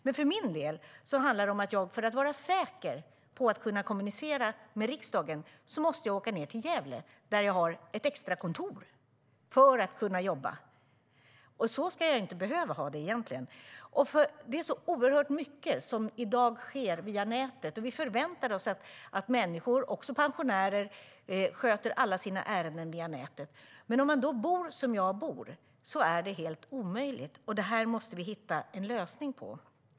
Men för min del handlar det om att jag för att vara säker på att kunna kommunicera med riksdagen måste åka ned till Gävle, där jag har ett extra kontor, för att kunna jobba. Så ska jag ju inte behöva ha det egentligen. Det är så oerhört mycket som i dag sker via nätet, och vi förväntar oss att människor - också pensionärer - sköter alla sina ärenden via nätet. Men om man bor som jag bor är det helt omöjligt, och det måste vi hitta en lösning på.